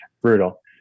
brutal